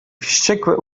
wściekłe